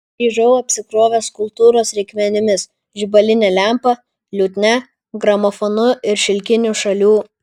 grįžau apsikrovęs kultūros reikmenimis žibaline lempa liutnia gramofonu ir šilkiniu šalių